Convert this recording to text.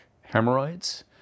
hemorrhoids